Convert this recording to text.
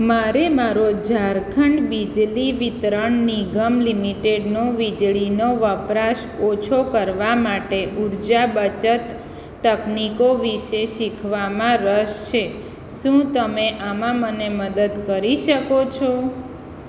મારે મારો ઝારખંડ બિજલી વિતરણ નિગમ લિમિટેડનો વીજળીનો વપરાશ ઓછો કરવા માટે ઊર્જા બચત તકનીકો વિશે શીખવામાં રસ છે શું તમે આમાં મને મદદ કરી શકો છો